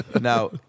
Now